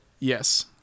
Yes